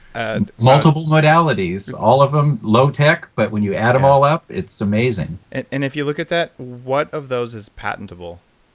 and multiple modalities. all of them low-tech, but when you add them all up, it's amazing. dave and if you look at that, what of those is patentable?